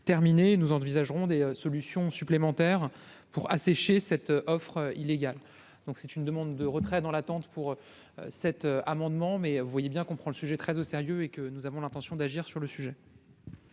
nous envisagerons des solutions supplémentaires pour assécher cette offre illégale, donc c'est une demande de retrait dans l'attente pour cet amendement mais vous voyez bien qu'on prend le sujet très au sérieux et que nous avons l'intention d'agir sur le sujet.